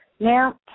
Now